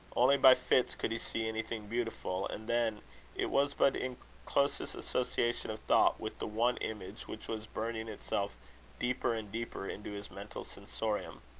only by fits could he see anything beautiful and then it was but in closest association of thought with the one image which was burning itself deeper and deeper into his mental sensorium.